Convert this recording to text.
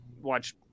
watch